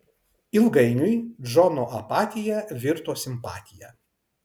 ilgainiui džono apatija virto simpatija